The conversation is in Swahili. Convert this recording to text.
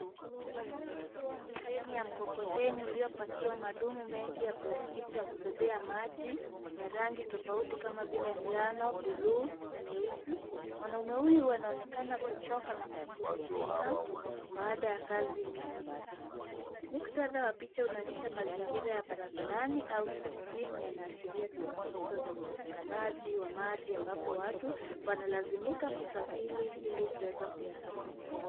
Mtu ameketi pembeni ya mkokoteni uliopakiwa madumu mengi ya plastiki ya kubebea maji. Ya rangi tofauti kama vile njano, bluu na nyeusi. Mwanaume huyu wanaonekana kuchoka na kupumzika baada ya kazi nyingi. Mkutadha wa picha unaonyesha mazingira ya barabarani au jijini na inashiria changamoto za upatikanaji wa maji ambapo watu wanalazimika kusafiri ili kuweza kuyatafuta.